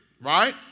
right